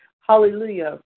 Hallelujah